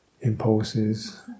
impulses